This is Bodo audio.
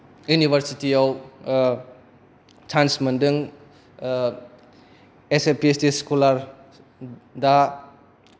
इउनिभारसिटि याव सान्स मोनदों एस ए फि ओइस डि स्क'लार दा